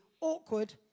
awkward